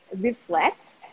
reflect